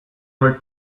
were